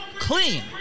clean